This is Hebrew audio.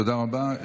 תודה רבה.